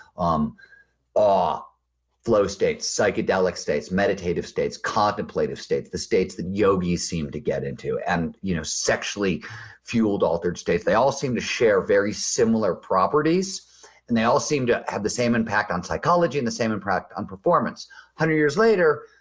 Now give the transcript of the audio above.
um ah flow states, psychedelic states, meditative states, contemplative states, the states that yogi seemed to get into, and you know sexually fueled altered states. they all seem to share very similar properties and they all seem to have the same impact on psychology and the same impact on performance a hundred years later,